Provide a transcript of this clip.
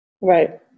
Right